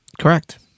Correct